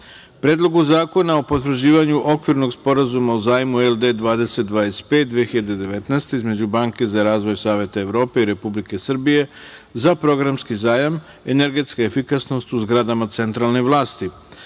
Predlogu zakona o potvrđivanju Okvirnog sporazuma o zajmu LD 2025 (2019) između Banke za razvoj Saveta Evrope i Republike Srbije za programski zajam - Energetska efikasnost u zgradama centralne vlasti,-